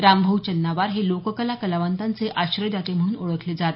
रामभाऊ चन्नावार हे लोककला कलावंताचे आश्रयदाते म्हणून ओळखले जात